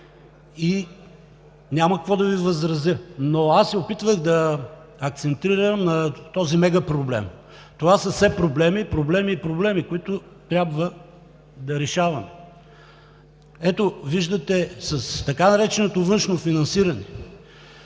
Няма какво да Ви възразя. Опитвах се да акцентирам на този мега проблем. Това са все проблеми, проблеми и проблеми, които трябва да решаваме. Ето, виждате с така нареченото външно финансиране,